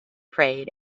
prayed